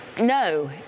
no